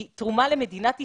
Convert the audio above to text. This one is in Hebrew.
היא תרומה למדינת ישראל.